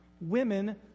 Women